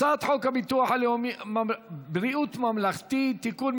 הצעת חוק ביטוח בריאות ממלכתי (תיקון,